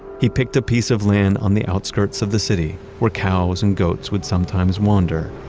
he picked a piece of land on the outskirts of the city where cows and goats would sometimes wander.